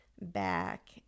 Back